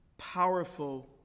powerful